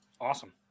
Awesome